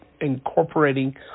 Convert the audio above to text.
incorporating